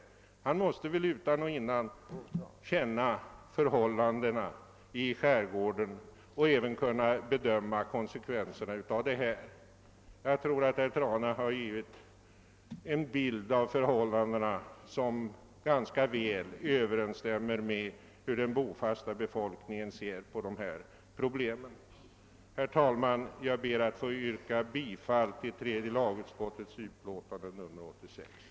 Han torde således utan och innan känna förhållandena i skärgården och även kunna bedöma konsekvenserna av förslaget. Jag tror också att herr Trana givit en bild av förhållandena som ganska väl överensstämmer med den bofasta befolkningens syn på dessa problem. Herr talman! Jag ber att få yrka bifall till tredje lagutskottets hemställan.